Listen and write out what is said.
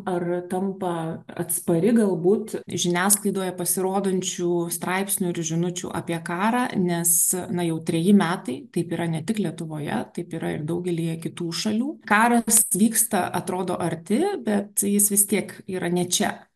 ar tampa atspari galbūt žiniasklaidoje pasirodančių straipsnių ir žinučių apie karą nes na jau treji metai taip yra ne tik lietuvoje taip yra ir daugelyje kitų šalių karas vyksta atrodo arti bet jis vis tiek yra ne čia